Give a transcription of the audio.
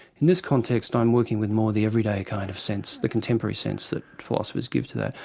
in this context i'm working with more the everyday kind of sense, the contemporary sense that philosophers give to that.